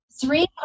Three